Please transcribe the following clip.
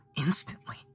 instantly